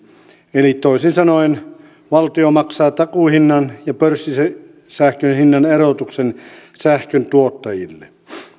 eli toisin sanoen valtio maksaa takuuhinnan ja pörssisähkön hinnan erotuksen sähköntuottajille